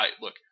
look